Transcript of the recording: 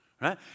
right